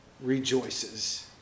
rejoices